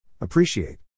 Appreciate